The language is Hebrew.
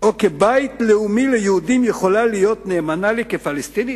או כבית לאומי ליהודים יכולה להיות נאמנה לי כפלסטינית?